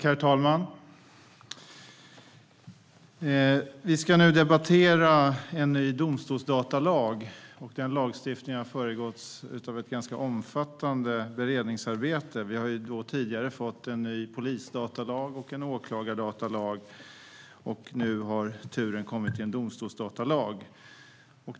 Herr talman! Vi ska debattera förslaget till en ny domstolsdatalag. Lagstiftningen har föregåtts av ett ganska omfattande beredningsarbete. Vi har tidigare fått ny polisdatalag och åklagardatalag. Nu har turen kommit till en domstolsdatalag.